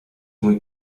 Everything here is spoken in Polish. mój